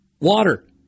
water